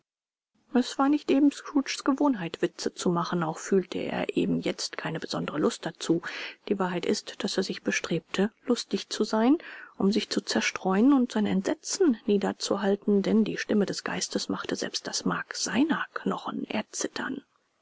es war nicht eben scrooges gewohnheit witze zu machen auch fühlte er eben jetzt keine besondere lust dazu die wahrheit ist daß er sich bestrebte lustig zu sein um sich zu zerstreuen und sein entsetzen niederzuhalten denn die stimme des geistes machte selbst das mark seiner knochen erzittern